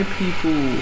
people